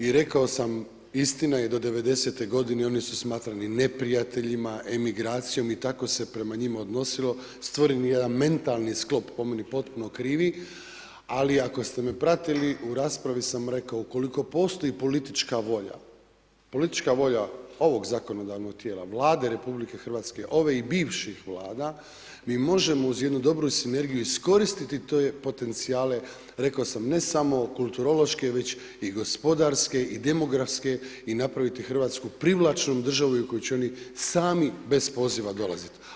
I rekao sam, istina je do '90.-te godine oni su smatrani neprijateljima, emigracijom i tako se prema njima odnosilo, stvoren je jedan mentalni sklop po meni potpuno krivi ali ako ste me pratili u raspravi sam rekao ukoliko postoji politička volja, politička volja ovog zakonodavnog tijela, Vlade RH, ove i bivših Vlada, mi možemo uz jednu dobru sinergiju iskoristiti te potencijale, rekao sam ne samo kulturološke već i gospodarske i demografske i napraviti Hrvatsku privlačnom državnom u kojoj će oni sami bez poziva dolaziti.